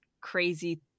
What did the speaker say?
crazy